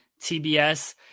TBS